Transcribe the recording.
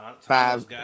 Five